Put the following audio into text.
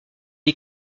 est